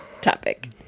topic